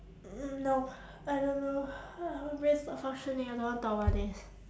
no I don't know my brain is not functioning I don't wanna talk about this